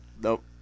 Nope